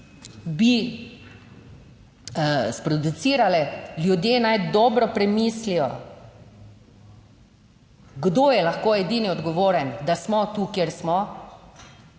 bi sproducirale. Ljudje naj dobro premislijo. Kdo je lahko edini odgovoren, da smo tu, kjer smo.